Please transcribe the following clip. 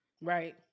Right